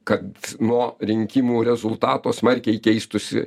kad nuo rinkimų rezultato smarkiai keistųsi